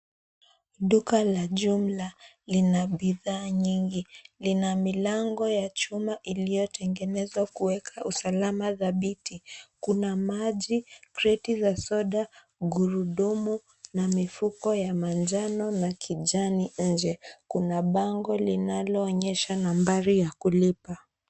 Duka la jumla lina bidhaa nyingi, lina milango ya chuma iliyotengenezwa kwa ajili ya usalama dhabiti. Ndani kuna maji, kreti za soda, gurudumu, na mifuko ya rangi ya manjano na kijani. Nje, kuna bango linaloonyesha nambari ya kulipia.